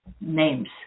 names